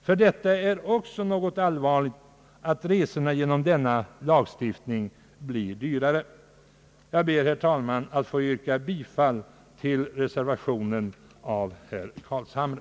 Ty detta att resorna genom lagstiftningen blir dyrare är också något allvarligt. Jag ber, herr talman, att få yrka bifall till reservationen av herr Carlshamre.